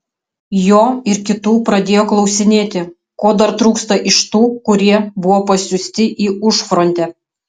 jo ir kitų pradėjo klausinėti ko dar trūksta iš tų kurie buvo pasiųsti į užfrontę